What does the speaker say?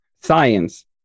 science